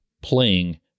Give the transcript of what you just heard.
playing